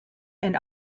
and